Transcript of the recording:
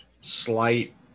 slight